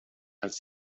als